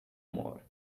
more